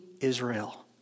Israel